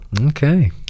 Okay